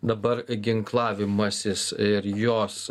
dabar ginklavimasis ir jos